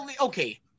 okay